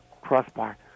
crossbar